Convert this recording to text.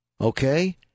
Okay